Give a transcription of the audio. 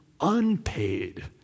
unpaid